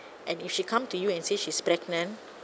and if she come to you and say she's pregnant